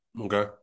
Okay